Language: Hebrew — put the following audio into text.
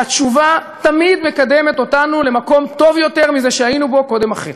והתשובה תמיד מקדמת אותנו למקום טוב יותר מזה שהיינו בו קודם החטא.